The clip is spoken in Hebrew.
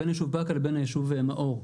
בין היישוב באקה לבין הישוב מאור,